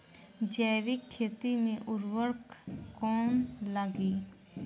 जैविक खेती मे उर्वरक कौन लागी?